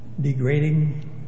Degrading